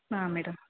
ಹಾಂ ಮೇಡಮ್